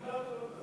הכיבוד גלאט או לא?